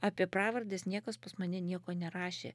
apie pravardes niekas pas mane nieko nerašė